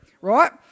right